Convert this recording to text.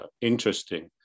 interesting